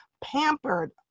pampered